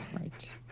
right